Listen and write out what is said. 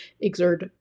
exert